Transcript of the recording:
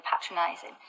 patronising